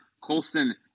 Colston –